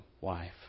wife